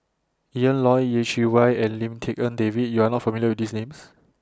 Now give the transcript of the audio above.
Ian Loy Yeh Chi Wei and Lim Tik En David YOU Are not familiar with These Names